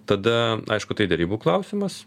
tada aišku tai derybų klausimas